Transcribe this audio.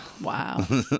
Wow